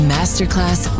Masterclass